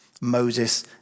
Moses